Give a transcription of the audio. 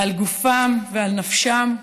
על גופם ועל נפשם,